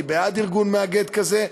אני בעד ארגון מאגד כזה.